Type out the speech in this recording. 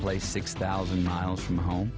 place six thousand miles from home